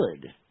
good